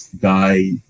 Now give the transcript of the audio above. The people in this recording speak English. guy